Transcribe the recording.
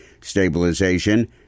stabilization